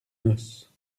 noces